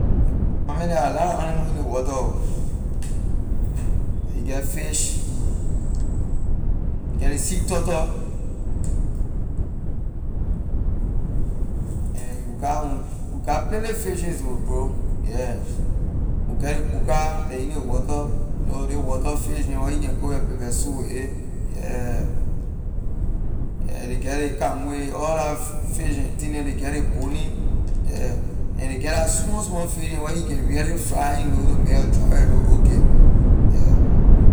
My man there are lot of animal in ley water ho you get fish you get ley sea turtle and we got we got plenty fishes ho bro yeah we get ley buga ley in ley water you know ley water fish neh where you can cook your pepper soup with a yeah yeah ley get ley kangbay all la fish and thing neh ley get ley bony yeah and ley get la small small fish neh where you can really fry you know to make your dry rice look okay yeah.